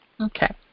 Okay